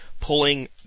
pulling